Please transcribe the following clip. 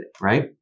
right